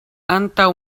antaŭ